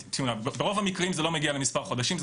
ברוב המקרים זה לא מגיע למספר חודשים,